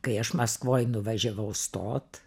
kai aš maskvoj nuvažiavau stot